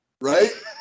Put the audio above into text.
right